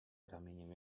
ramieniem